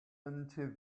into